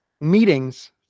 meetings